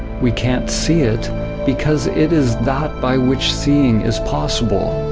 we can't see it because it is that by which seeing is possible.